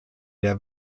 der